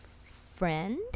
friend